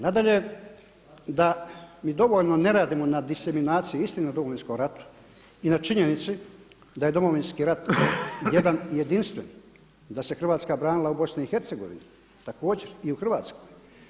Nadalje da mi dovoljno ne radimo na disiminaciji istine o Domovinskom ratu i na činjenici da je Domovinski rat jedan jedinstven, da se Hrvatska branila u Bosni i Hercegovini, također i u Hrvatskoj.